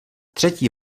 třetí